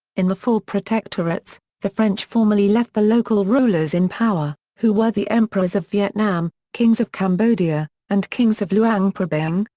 in the four protectorates, the french formally left the local rulers in power, who were the emperors of vietnam, kings of cambodia, and kings of luang prabang,